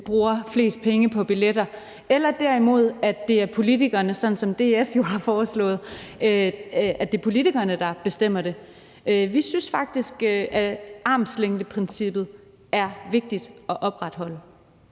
bruger flest penge på billetter – eller omvendt, at det er politikerne, sådan som DF jo har foreslået, der bestemmer det. Vi synes faktisk, at armslængdeprincippet er vigtigt at opretholde.